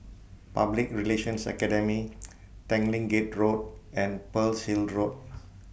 Public Relations Academy Tanglin Gate Road and Pearl's Hill Road